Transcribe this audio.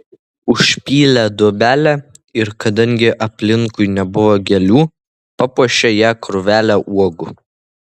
užpylė duobelę ir kadangi aplinkui nebuvo gėlių papuošė ją krūvele uogų